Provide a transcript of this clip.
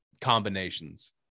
combinations